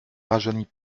rajeunit